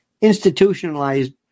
institutionalized